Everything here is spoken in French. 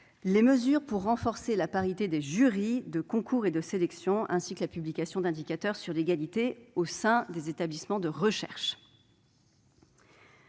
les mesures visant à renforcer la parité des jurys de concours et de sélection, ainsi que la publication d'indicateurs sur l'égalité au sein des établissements de recherche.